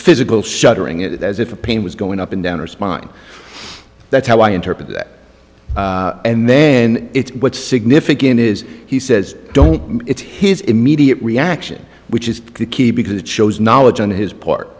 physical shuddering it as if a pain was going up and down or spine that's how i interpret that and then it's what's significant is he says don't it's his immediate reaction which is key because it shows knowledge on his part